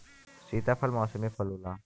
सीताफल मौसमी फल होला